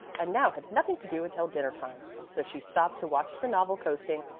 and now had nothing to do until dinner time, so she stopped to watch the novel coasting,